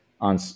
on